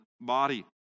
body